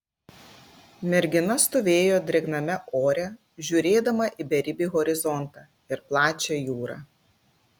mergina stovėjo drėgname ore žiūrėdama į beribį horizontą ir plačią jūrą